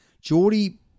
Geordie